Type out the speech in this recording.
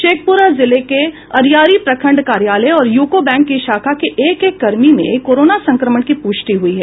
शेखपुरा जिले के अरियरी प्रखंड कार्यालय और यूको बैंक की शाखा के एक एक कर्मी में कोरोना संक्रमण की पुष्टि हुयी है